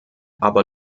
aber